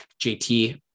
JT